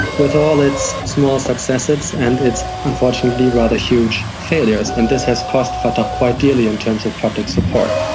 with all its small successes and its unfortunately rather huge failures. and this has cost fatah quite dearly in terms of public support,